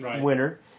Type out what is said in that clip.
winner